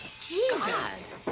Jesus